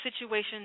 situation